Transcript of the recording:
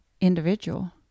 individual